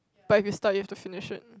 but if you start you have to finish it